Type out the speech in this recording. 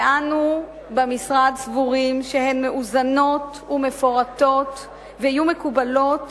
ואנו במשרד סבורים שהן מאוזנות ומפורטות ויהיו מקובלות